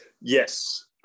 Yes